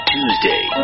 Tuesday